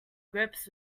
grips